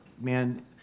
man